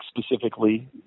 specifically